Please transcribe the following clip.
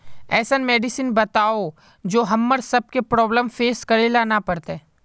ऐसन मेडिसिन बताओ जो हम्मर सबके प्रॉब्लम फेस करे ला ना पड़ते?